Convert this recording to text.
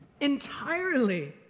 entirely